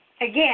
Again